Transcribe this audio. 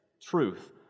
truth